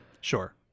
Sure